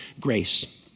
grace